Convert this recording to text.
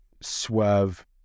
swerve